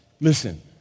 Listen